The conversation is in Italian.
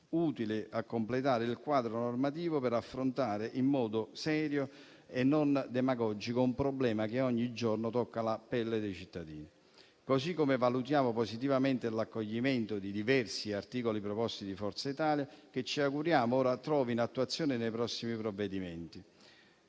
utile a completare il quadro normativo per affrontare in modo serio e non demagogico un problema che ogni giorno tocca la pelle dei cittadini. Valutiamo inoltre positivamente l'accoglimento di diversi articoli proposti da Forza Italia, che ci auguriamo ora trovino attuazione nei prossimi provvedimenti.